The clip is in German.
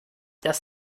das